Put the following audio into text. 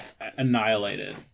Annihilated